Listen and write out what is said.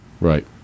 Right